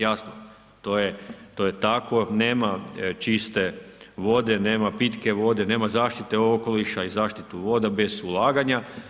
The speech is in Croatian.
Jasno to je tako, nema čiste vode, nema pitke vode, nema zaštite okoliša i zaštite voda bez ulaganja.